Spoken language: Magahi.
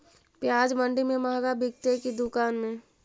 प्याज मंडि में मँहगा बिकते कि दुकान में?